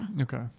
Okay